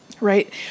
Right